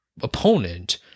opponent